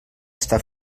està